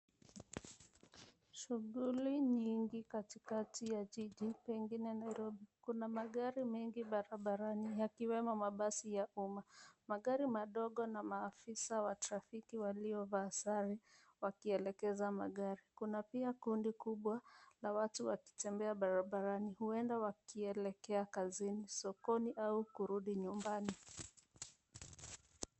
SHughuli nyingi katikati ya jiji, pengine Nairobi. Kuna magari mengi barabarani yakiwemo mabasi ya umma, magari madogo na maafisa wa trafiki waliovaa sare wakielekeza magari. Kuna pia kundi kubwa la watu wakitembea barabarani huenda wakielekea kazini, sokoni au kurudi nyumbani.